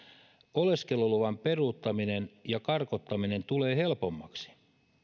oleskeluluvan peruuttaminen ja karkottaminen tulee helpommaksi